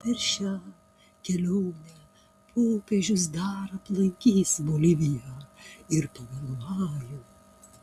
per šią kelionę popiežius dar aplankys boliviją ir paragvajų